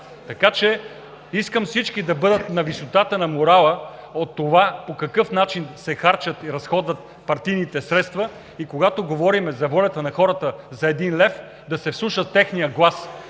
ГЕРБ. Искам всички да бъдат на висотата на морала от това по какъв начин се харчат и разходват партийните средства и когато говорим за волята на хората за един лев, да се вслушат в техния глас,